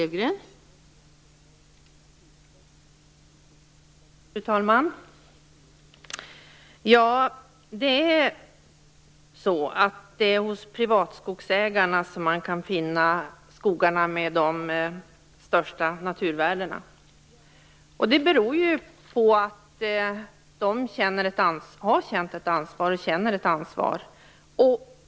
Fru talman! Det är hos privatskogsägarna som man kan finna skogarna med de största naturvärdena. Det beror på att de har känt och känner ett ansvar.